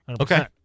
Okay